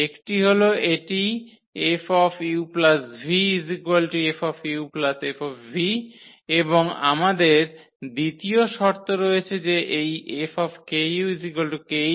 একটি হল এটি 𝐹 uv 𝐹 𝐹 এবং আমাদের দ্বিতীয় শর্ত রয়েছে যে এই 𝐹 𝑘u 𝑘 𝐹